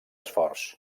esforç